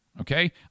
okay